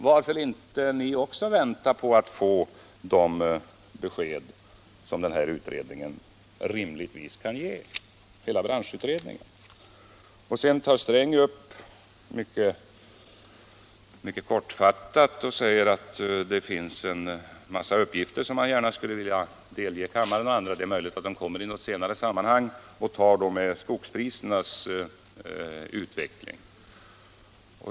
Varför vill inte också ni vänta på att få de besked som branschberedningen rimligtvis kan ge? Sedan säger herr Sträng att det finns en massa uppgifter som han gärna skulle vilja delge kammaren och andra — det är möjligt att de kommer i något senare sammanhang — och tar då mycket kortfattat upp skogsprisernas utveckling.